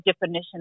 definition